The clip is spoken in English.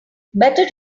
better